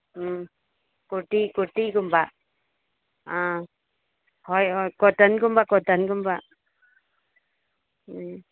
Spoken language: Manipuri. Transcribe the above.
ꯎꯝ ꯀꯨꯔꯇꯤ ꯀꯨꯔꯇꯤꯒꯨꯝꯕ ꯑꯥ ꯍꯣꯏ ꯍꯣꯏ ꯀꯣꯇꯟꯒꯨꯝꯕ ꯀꯣꯇꯟꯒꯨꯝꯕ ꯎꯝ